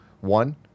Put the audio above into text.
One